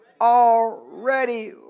Already